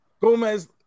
Gomez